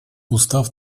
устав